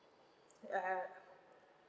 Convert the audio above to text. uh